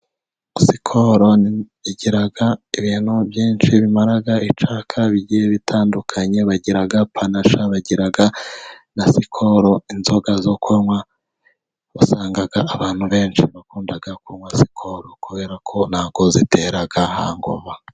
Sikoro igira ibintu byinshi bimara icyaka bigiye bitandukanye. Bagira panasha, bagira na sikoro, inzoga zo kunywa usanga abantu benshi bakunda kunywa sikoro kubera ko ntabwo zitera hangova.